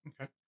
Okay